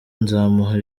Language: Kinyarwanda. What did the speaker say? nzamuha